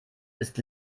ist